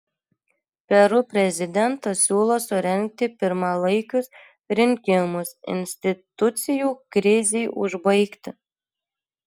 peru prezidentas siūlo surengti pirmalaikius rinkimus institucijų krizei užbaigti